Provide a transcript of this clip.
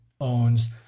owns